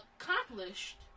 accomplished